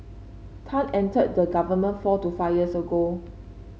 Tan entered the government four to five years ago